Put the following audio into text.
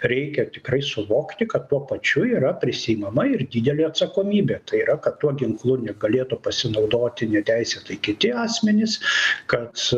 reikia tikrai suvokti kad tuo pačiu yra prisiimama ir didelė atsakomybė tai yra kad tuo ginklu negalėtų pasinaudoti neteisėtai kiti asmenys kad